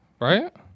right